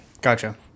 Gotcha